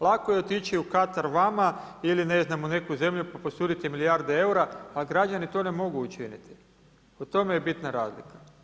Lako je otići u Katar vama ili ne znam u neku zemlju pa posuditi milijarde eura, a građani to ne mogu učiniti, u tome je bitna razlika.